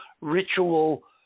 ritual